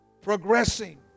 progressing